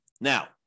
Now